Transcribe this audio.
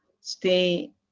stay